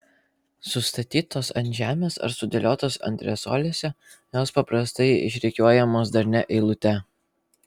sustatytos ant žemės ar sudėliotos antresolėse jos paprastai išrikiuojamos darnia eilute